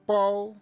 Paul